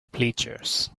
bleachers